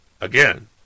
Again